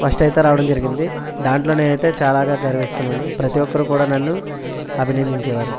first అయితే రావడం జరిగింది దాంట్లో నేను అయితే చాలగా గర్విస్తున్నాను ప్రతి ఒక్కరూ కూడా నన్ను అభినందించేవారు